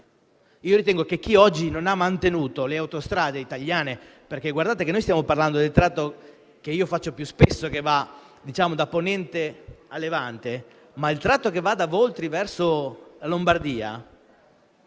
rispetto a chi oggi non ha manutenuto le autostrade italiane. Colleghi, stiamo parlando del tratto - che io faccio più spesso - che va da Ponente a Levante, ma il tratto che va da Voltri verso la Lombardia